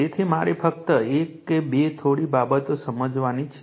તેથી મારે ફક્ત એક કે બે થોડી બાબતો સમજવાની છે